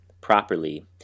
properly